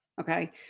Okay